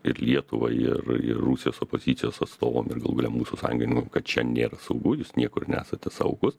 ir lietuvai ir ir rusijos opozicijos atstovam ir galų gale mūsų sąjungininkam kad čia nėra saugu jūs niekur nesate saugūs